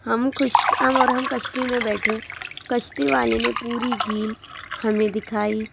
ہم خوش ہم اور ہم کشتی میں بیٹھے کشتی والے نے پوری جھیل ہمیں دکھائی